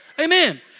Amen